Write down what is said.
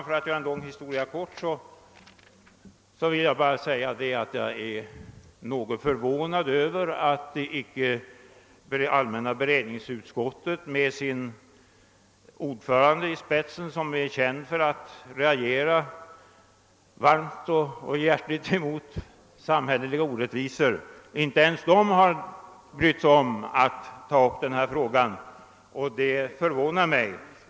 För att göra en lång historia kort vill jag uttrycka min förvåning över att allmänna beredningsutskottet med sin ordförande i spetsen — som ju är känd för att reagera starkt mot samhälleliga orättvisor — inte har brytt sig om att ta upp denna fråga.